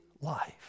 life